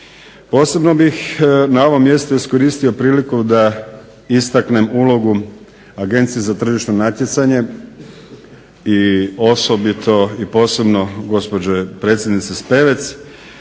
Posebno bih na ovom mjestu iskoristio priliku da istaknem ulogu Agencije za tržišno natjecanje i osobito i posebno gospođe predsjednice Spevec